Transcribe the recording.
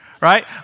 right